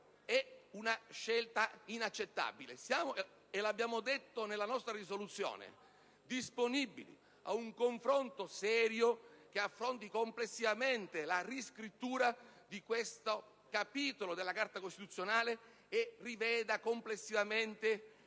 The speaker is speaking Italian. è una scelta inaccettabile. Siamo disponibili - e l'abbiamo evidenziato nella nostra proposta di risoluzione - ad un confronto serio che affronti complessivamente la riscrittura di questo capitolo della Carta costituzionale e riveda complessivamente